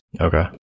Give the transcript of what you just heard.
Okay